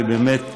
השר.